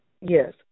yes